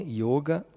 yoga